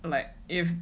like if